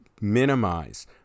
minimize